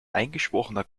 eingeschworener